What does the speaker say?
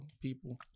people